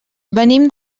venim